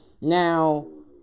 Now